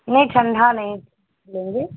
नहीं ठंडा नहीं लेंगे